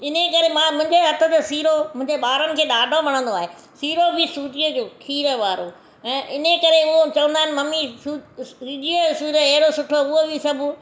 इन जे करे मां मुंहिंजे हथ जो सीरो मुंहिंजे ॿारनि खे ॾाढो वणंदो आहे सीरो बि सुजीअ जो खीर वारो ऐं इनजे करे हो चवंदा आहिन मम्मी वीडियो सेर ऐॾो सुठो उहो बि सभु